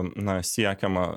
na siekiama